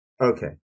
Okay